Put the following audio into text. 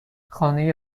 خانه